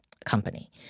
company